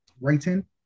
writing